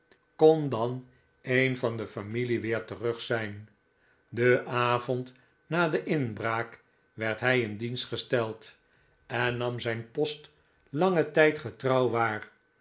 kon dan een van de familie weer terug zijn den avond na de inbraak werd hij in dienst gesteld en nam zijn post langen tijd getrouw waar